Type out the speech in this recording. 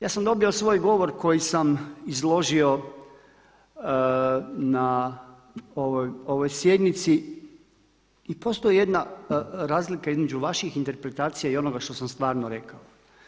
Ja sam … svoj govor koji sam izložio na ovoj sjednici i postoji jedna razlika između vaših interpretacija i onoga što sam stvarno rekao.